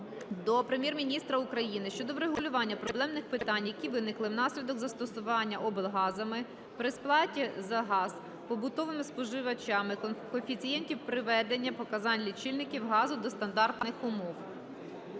до Прем'єр-міністра України щодо врегулювання проблемних питань, які виникли внаслідок застосування облгазами при сплаті за газ побутовими споживачами коефіцієнтів приведення показань лічильників газу до стандартних умов.